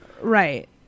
Right